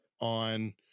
on